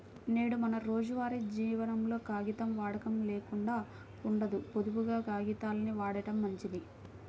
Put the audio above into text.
నేడు మన రోజువారీ జీవనంలో కాగితం వాడకం లేకుండా ఉండదు, పొదుపుగా కాగితాల్ని వాడటం మంచిది